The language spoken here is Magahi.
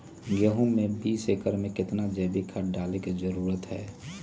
गेंहू में बीस एकर में कितना जैविक खाद डाले के जरूरत है?